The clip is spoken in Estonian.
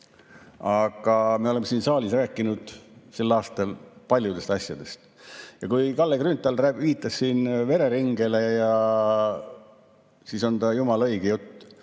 Aga me oleme siin saalis rääkinud sel aastal paljudest asjadest. Kalle Grünthal viitas siin vereringele ja tal oli jumala õige jutt.